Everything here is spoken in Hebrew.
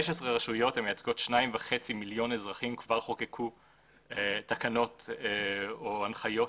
15 רשויות המייצגות 2.5 מיליון אזרחים כבר חוקקו תקנות או הנחיות